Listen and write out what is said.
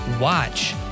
watch